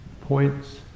points